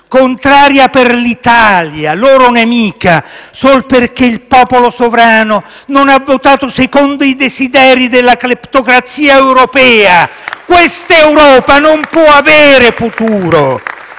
contraria per l'Italia, loro nemica, sol perché il popolo sovrano non ha votato secondo i desideri della cleptocrazia europea, quest'Europa non può avere futuro.